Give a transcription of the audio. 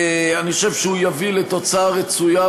אני חושב שהוא יביא לתוצאה רצויה.